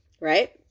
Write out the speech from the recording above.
right